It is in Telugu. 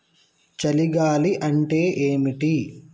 చలి గాలి అంటే ఏమిటి?